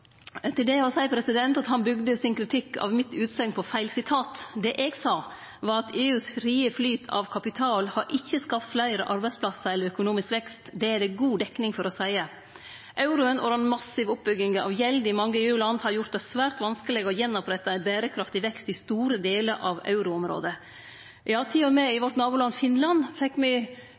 Til det er å seie at han bygde sin kritikk av mitt utsegn på feil sitat. Det eg sa, var at EUs frie flyt av kapital ikkje har skapt fleire arbeidsplassar eller økonomisk vekst. Det er det god dekning for å seie. Euroen og den massive oppbygginga av gjeld i mange EU-land har gjort det svært vanskeleg å rette opp att ein berekraftig vekst i store delar av euroområdet. Ja, til og med i nabolandet vårt Finland fekk me